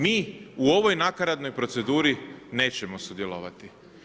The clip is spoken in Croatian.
Mi u ovoj nakaradnoj proceduri nećemo sudjelovati.